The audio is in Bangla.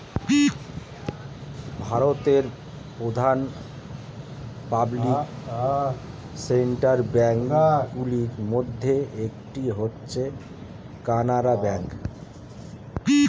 ভারতের প্রধান পাবলিক সেক্টর ব্যাঙ্ক গুলির মধ্যে একটি হচ্ছে কানারা ব্যাঙ্ক